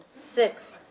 Six